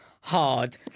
hard